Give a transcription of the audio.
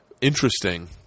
interesting